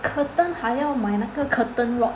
curtain 还要买那个 curtain rod